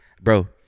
Bro